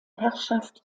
herrschaft